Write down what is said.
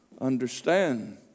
understand